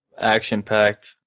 action-packed